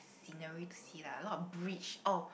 scenery to see lah a lot of bridge oh